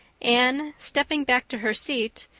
anne, stepping back to her seat,